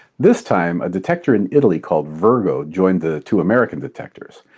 this time, a detector in italy called virgo joined the two american detectors.